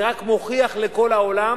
זה רק מוכיח לכל העולם